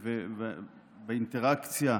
בבקשה,